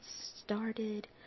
started